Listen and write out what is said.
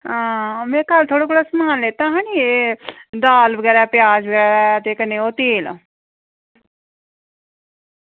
आं में कल्ल थुआढ़े कोला समान लैता हा नी दाल बगैरा प्याज़ बगैरा ते ओह् कन्नै तेल